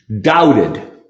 doubted